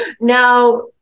now